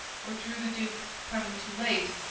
or through the duke's coming too late,